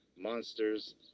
monsters